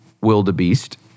wildebeest